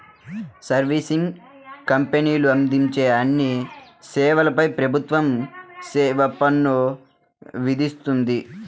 servicing కంపెనీలు అందించే అన్ని సేవలపై ప్రభుత్వం సేవా పన్ను విధిస్తుంది